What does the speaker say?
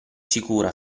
sicuro